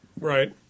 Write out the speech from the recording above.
Right